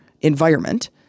environment